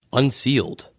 unsealed